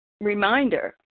reminder